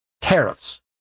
tariffs